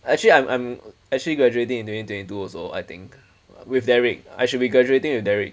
I actually I'm I'm actually graduating in twenty twenty two also I think with derek I should be graduating with derek